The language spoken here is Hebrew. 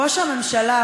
ראש הממשלה,